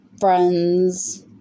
friends